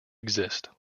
exist